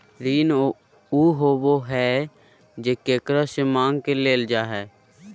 ऋण उ होबा हइ जे केकरो से माँग के लेल जा हइ